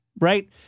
Right